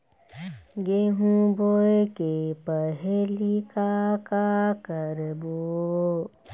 गेहूं बोए के पहेली का का करबो?